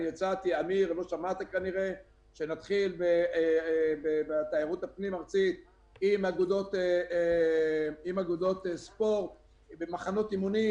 אני הצעתי שנתחיל בתיירות הפנים-ארצית עם אגודות ספורט ומחנות אימונים,